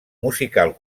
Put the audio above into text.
musical